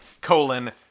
colon